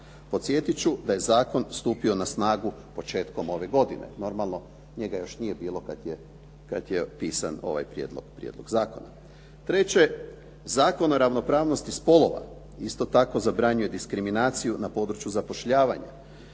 Podsjetit ću da je zakon stupio na snagu početkom ove godine. Normalno, njega još nije bilo kad je pisan ovaj prijedlog, prijedlog zakona. Treće, Zakon o ravnopravnosti spolova isto tako zabranjuje diskriminaciju na području zapošljavanja